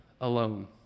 alone